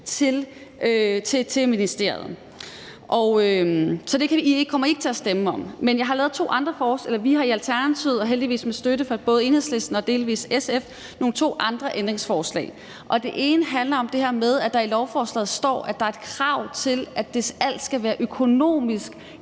til ministerierne. Så det kommer I ikke til at stemme om. Men vi har i Alternativet – og heldigvis med støtte fra både Enhedslisten og delvis SF – lavet to andre ændringsforslag, og det ene handler om det her med, at der i lovforslaget står, at der er et krav til, at alt, hvad der skal